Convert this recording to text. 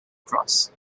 cross